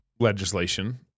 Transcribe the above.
legislation